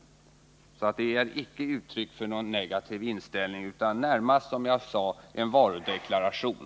Min framställning är inte uttryck för någon negativ inställning utan närmast en varudeklaration.